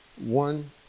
One